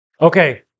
Okay